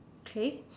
okay